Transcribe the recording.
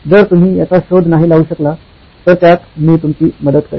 जर तुम्ही याचा शोध नाही लावू शकला तर त्यात मी तुमची मदत करेन